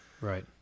right